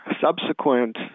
subsequent